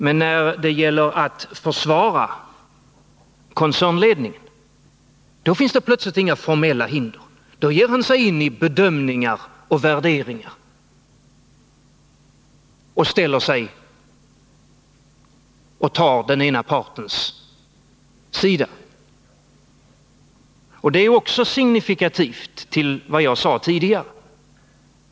Men när det gäller att försvara koncernledningen finns det plötsligt inga formella hinder; då ger han sig in i bedömningar och värderingar och ställer sig på den ena partens sida. Det är också signifikativt med hänsyn till vad jag sade tidigare.